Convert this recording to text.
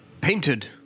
painted